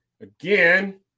again